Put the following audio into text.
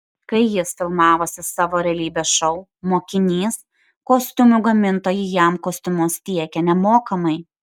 kai jis filmavosi savo realybės šou mokinys kostiumų gamintojai jam kostiumus tiekė nemokamai